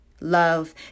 Love